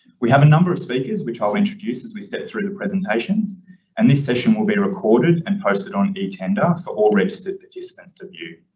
we have a number of speakers which i'll introduce as we step through the presentations and this session will be recorded and posted on etender for all registered participants to view.